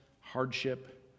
hardship